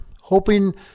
hoping